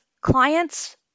clients